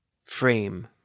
Frame